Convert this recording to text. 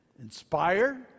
Inspire